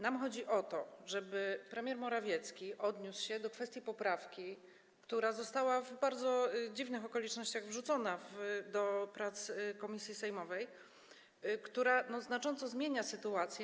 Nam chodzi o to, żeby premier Morawiecki odniósł się do kwestii poprawki, która została w bardzo dziwnych okolicznościach wrzucona do prac komisji sejmowej, która znacząco zmienia sytuację.